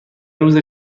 روز